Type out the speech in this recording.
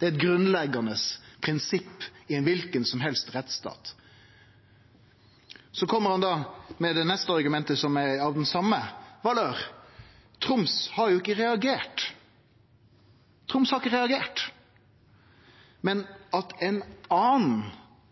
Det er eit grunnleggjande prinsipp i kva rettsstat som helst. Så kjem han med det neste argumentet, som er i den same valøren: Troms har ikkje reagert. Men det at ein annan